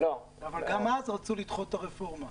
אבל גם אז רצו לדחות את הרפורמה.